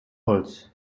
holz